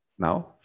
Now